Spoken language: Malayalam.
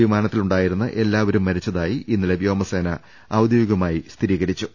വിമാനത്തിലുണ്ടായിരുന്ന എല്ലാവരും മരിച്ചതായി ഇന്നലെ വ്യോമസേന ഔദ്യോഗികമായി സ്ഥിരീകരിച്ചിരുന്നു